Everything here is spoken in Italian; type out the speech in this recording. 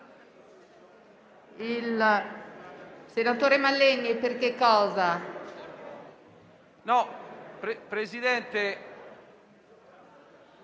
presidente